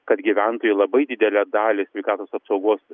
kad gyventojai labai didelę dalį sveikatos apsaugos